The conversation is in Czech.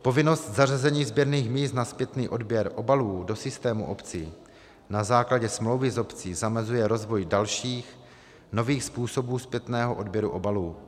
Povinnost zařazení sběrných míst na zpětný odběr obalů do systému obcí na základě smlouvy s obcí zamezuje rozvoj dalších, nových způsobů zpětného odběru obalů.